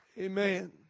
Amen